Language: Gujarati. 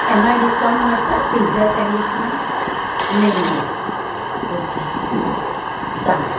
એમાં ડિસ્કાઉન્ટ મળશે પીઝા સેન્ડવિચમાં નહીં મળે ઓકે સારું